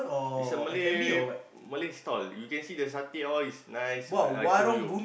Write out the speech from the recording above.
is a Malay Malay stall you can see the satay all is nice I know you